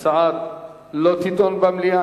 ההצעה לא תידון במליאה.